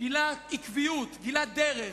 גילה עקביות, גילה דרך.